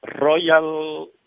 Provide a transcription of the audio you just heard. royal